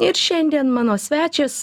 ir šiandien mano svečias